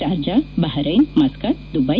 Sharjah Bahrain Muscat Dubai